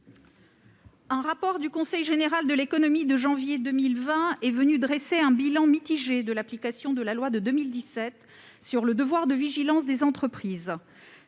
Un rapport du Conseil général de l'économie de janvier 2020 est venu dresser un bilan mitigé de l'application de la loi de 2017 sur le devoir de vigilance des entreprises.